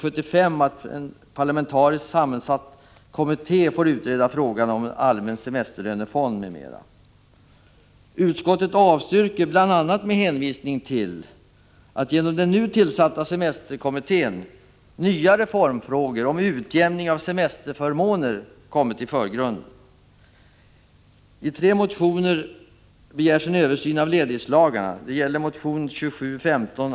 Utskottet avstyrker motionen, bl.a. med hänvisning till att genom den nu tillsatta semesterkommittén nya reformfrågor om utjämning av semesterförmåner kommit i förgrunden.